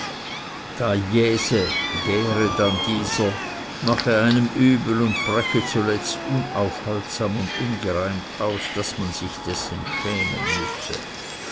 dann dieser mache einem übel und breche zuletzt unaufhaltsam und ungereimt aus daß man sich dessen schämen müsse